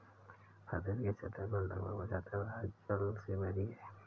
पृथ्वी की सतह लगभग पचहत्तर प्रतिशत जल से भरी है